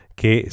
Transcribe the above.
che